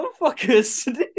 motherfuckers